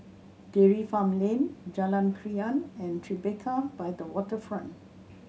Dairy Farm Lane Jalan Krian and Tribeca by the Waterfront